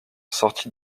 sorti